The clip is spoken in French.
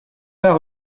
pas